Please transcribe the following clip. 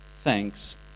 thanks